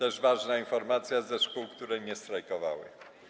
I ważna informacja: ze szkół, które nie strajkowały.